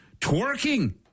Twerking